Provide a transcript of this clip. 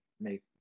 make